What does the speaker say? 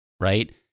right